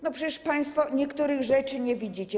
No przecież państwo niektórych rzeczy nie widzicie.